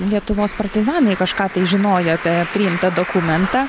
lietuvos partizanai kažką tai žinojo apie priimtą dokumentą